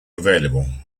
available